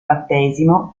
battesimo